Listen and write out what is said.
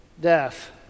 death